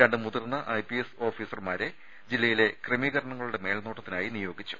രണ്ട് മുതിർന്ന ഐപിഎസ് ഓഫീസർമാരെ ജില്ലയിലെ ക്രമീകരണങ്ങളുടെ മേൽനോട്ടത്തിനായി നിയോഗിച്ചു